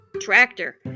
tractor